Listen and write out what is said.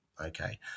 okay